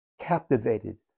captivated